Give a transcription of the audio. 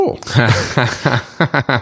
Cool